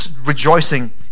rejoicing